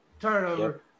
turnover